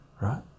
right